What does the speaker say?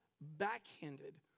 backhanded